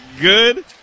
good